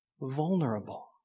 vulnerable